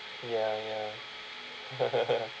ya ya